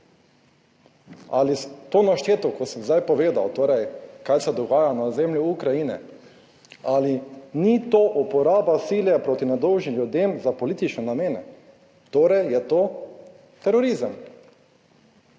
Ali to našteto, kot sem zdaj povedal, torej kaj se dogaja na ozemlju Ukrajine, ali ni to uporaba sile proti nedolžnim ljudem za politične namene, torej je to terorizem.